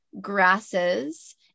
grasses